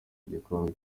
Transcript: igikombe